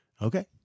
Okay